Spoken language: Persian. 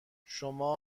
شما